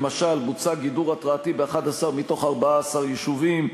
למשל בוצע גידור התרעתי ב-11 מתוך 14 יישובים,